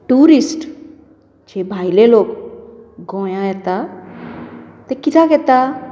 tourist जे भायले लोक गोंयांत येतात ते कित्याक येतात